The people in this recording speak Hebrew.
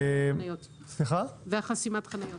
וחסימת החניות.